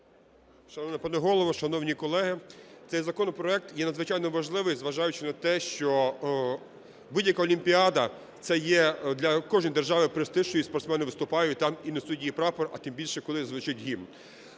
Шановний пане Голово, шановні колеги! Цей законопроект є надзвичайно важливий, зважаючи на те, що будь-яка Олімпіада – це є для кожної держави престиж, що її спортсмени виступають там і несуть її прапор, а тим більше, коли звучить гімн.